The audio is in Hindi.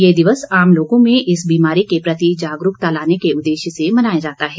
ये दिवस आम लोगों में इस बिमारी के प्रति जागरूकता लाने के उद्देश्य से मनाया जाता है